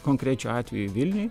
konkrečiu atveju vilniuj